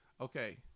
Okay